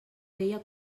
veia